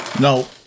No